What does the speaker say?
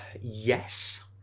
yes